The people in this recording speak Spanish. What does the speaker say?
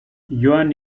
joan